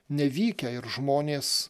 nevykę ir žmonės